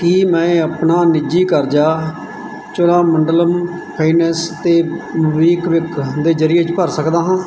ਕੀ ਮੈਂ ਆਪਣਾ ਨਿੱਜੀ ਕਰਜ਼ਾ ਚੋਲਾਮੰਡਲਮ ਫਾਈਨੈਂਸ ਅਤੇ ਮੋਬੀਕਵਿਕ ਦੇ ਜ਼ਰੀਏ ਭਰ ਸਕਦਾ ਹਾਂ